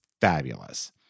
fabulous